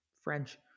French